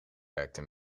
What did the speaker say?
werkte